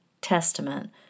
testament